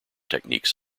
techniques